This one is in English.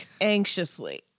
Anxiously